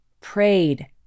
prayed